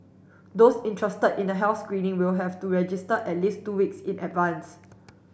those interested in the health screening will have to register at least two weeks in advance